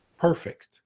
Perfect